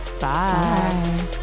bye